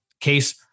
case